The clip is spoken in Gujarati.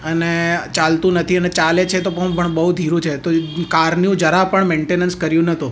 અને ચાલતું નથી અને ચાલે છે પણ તો પણ બહું ધીરું છે તો કારનું જરા પણ મેઇન્ટેનન્સ કર્યું નહોતો